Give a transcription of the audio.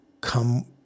come